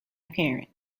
appearance